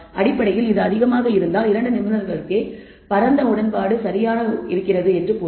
அடிப்படையில் இது அதிகமாக இருந்தால் இரண்டு நிபுணர்களிடையே பரந்த உடன்பாடு சரியாக இருக்கிறது என்று பொருள்